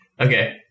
Okay